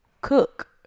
cook